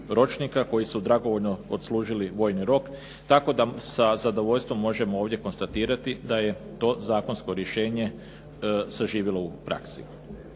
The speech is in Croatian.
koji su dragovoljno odslužili vojni rok tako da sa zadovoljstvom možemo ovdje konstatirati da je to zakonsko rješenje zaživjelo u praksi.